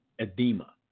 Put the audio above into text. Edema